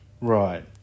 Right